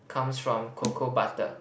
comes from cocoa butter